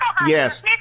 yes